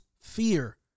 fear